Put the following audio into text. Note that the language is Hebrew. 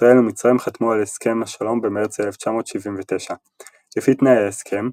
ישראל ומצרים חתמו על הסכם השלום במרץ 1979. לפי תנאי ההסכם,